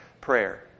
prayer